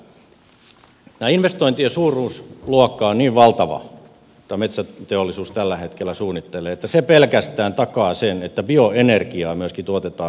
tämä investointien suuruusluokka on niin valtava mitä metsäteollisuus tällä hetkellä suunnittelee että se pelkästään takaa sen että bioenergiaa myöskin tuotetaan